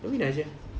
novena jer ah